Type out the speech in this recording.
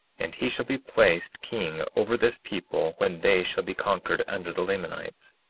and he shall be placed king over this people when they shall be conquered under the lamanites.